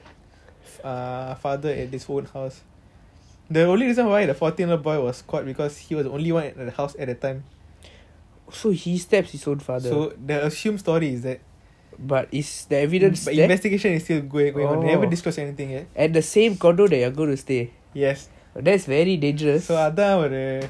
the only reason why the fourteen a boy was caught because he was the only one in the house at that time so the asummed story is that investigation is still going on never disclose anything yet yes அதன் ஒரு:athan oru scary ஆனா இது பாப்போம்:aana ithu paapom